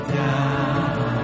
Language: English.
down